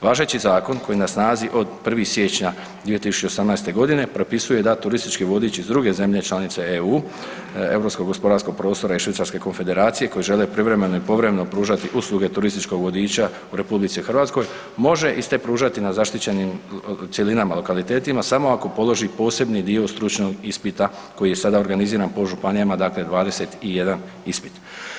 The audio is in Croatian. Važeći zakon koji je na snazi od 1. siječnja 2018. g. propisuje da turistički vodič iz druge zemlje članice EU, EGP-a i Švicarske Konfederacije koji žele privremeno i povremeno pružati usluge turističkog vodiča u RH, može iste pružati na zaštićenim cjelinama i lokalitetima samo ako položi posebni dio stručnog ispita koji je sada organiziran po županijama, dakle 21 ispit.